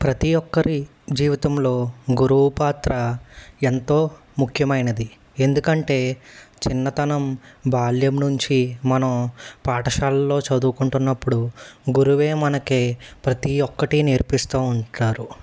ప్రతి ఒక్కరి జీవితంలో గురువు పాత్ర ఎంతో ముఖ్యమైనది ఎందుకంటే చిన్నతనం బాల్యం నుంచి మనం పాఠశాలల్లో చదువుకుంటున్నప్పుడు గురువే మనకే ప్రతి ఒక్కటి నేర్పిస్తూ ఉంటారు